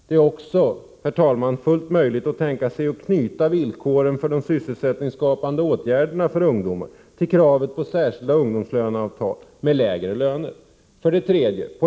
Det är också fullt möjligt att knyta villkoren för de sysselsättningsskapande åtgärderna för ungdomar till kravet på särskilda ungdomslöneavtal med lägre löner. 3.